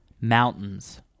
Mountains